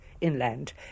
inland